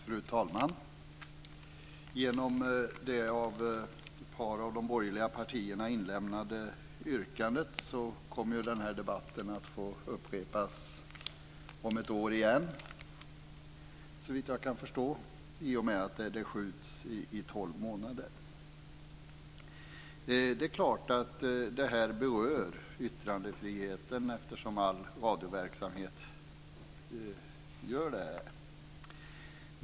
Fru talman! Genom det av ett par av de borgerliga partierna inlämnade yrkandet kommer den här debatten att få upprepas om ett år igen, såvitt jag kan förstå, i och med att detta skjuts i tolv månader. Det här berör yttrandefriheten, eftersom all radioverksamhet gör det.